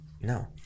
No